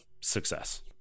success